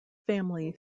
family